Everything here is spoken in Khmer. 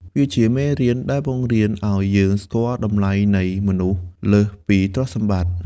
វាជាមេរៀនដែលបង្រៀនឱ្យយើងស្គាល់តម្លៃនៃ «មនុស្ស» លើសពីទ្រព្យសម្បត្តិ។